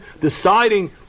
Deciding